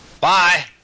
Bye